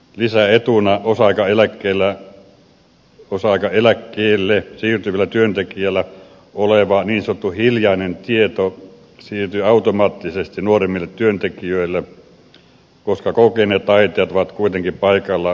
lisäetuna osa aikaeläkkeelle siirtyvällä työntekijällä oleva niin sanottu hiljainen tieto siirtyy automaattisesti nuoremmille työntekijöille koska kokeneet taitajat ovat kuitenkin paikalla puolipäiväisesti